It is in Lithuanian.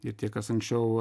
ir tie kas anksčiau